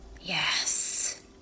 Yes